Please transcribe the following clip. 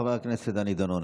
חבר הכנסת דני דנון,